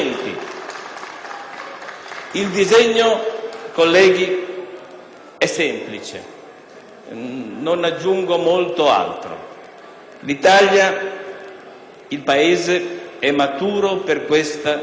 Il disegno, onorevoli colleghi, è semplice. Non aggiungo molto altro. L'Italia, il Paese è maturo per questa riforma.